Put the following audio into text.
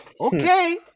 okay